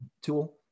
tool